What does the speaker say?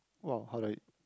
!wow! how do I